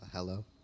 Hello